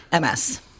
MS